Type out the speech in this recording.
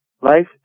life